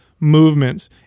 movements